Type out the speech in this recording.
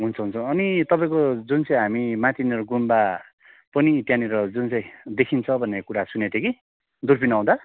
हुन्छ हुन्छ अनि तपाईँको जुन चाहिँ हामी माथिनिर गुम्बा पनि त्यहाँनिर जुन चाहिँ देखिन्छ भन्ने कुरा सुनेको थिएँ कि दुर्पिन आउँदा